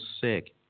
sick